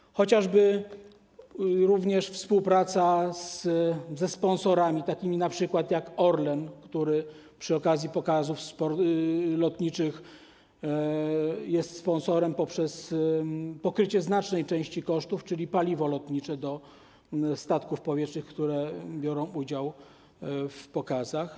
Chodzi chociażby również o współpracę ze sponsorami takimi jak np. Orlen, który przy okazji pokazów lotniczych jest sponsorem poprzez pokrycie znacznej części kosztów, czyli kosztów paliwa lotniczego do statków powietrznych, które biorą udział w pokazach.